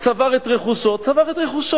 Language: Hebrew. בן-אדם צבר את רכושו, צבר את רכושו.